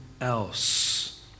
else